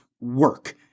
work